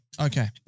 Okay